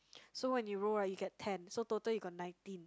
so when you roll right you get ten so total you got nineteen